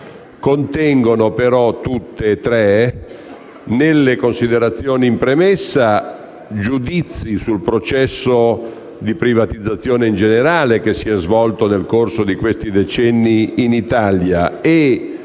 contengono tutte e tre nelle considerazioni in premessa giudizi sul processo di privatizzazione generale che si è svolto nel corso degli ultimi decenni in Italia e